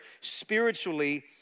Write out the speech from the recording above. spiritually